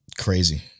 crazy